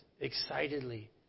excitedly